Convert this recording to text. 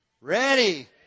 Ready